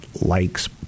likes